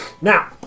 Now